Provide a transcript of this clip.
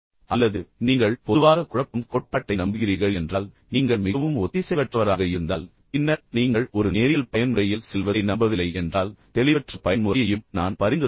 அல்லது நீங்கள் பொதுவாக குழப்பம் கோட்பாட்டை நம்புகிறீர்கள் என்றால் நீங்கள் மிகவும் ஒத்திசைவற்றவராக இருந்தால் பின்னர் நீங்கள் ஒரு நேரியல் பயன்முறையில் செல்வதை நம்பவில்லை என்றால் தெளிவற்ற பயன்முறையையும் நான் பரிந்துரைக்கிறேன்